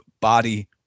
body